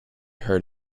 heard